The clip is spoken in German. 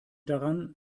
daran